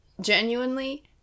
genuinely